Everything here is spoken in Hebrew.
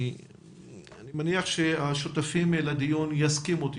אני מניח שהשותפים לדיון יסכימו איתי